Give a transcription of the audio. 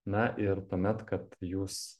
na ir tuomet kad jūs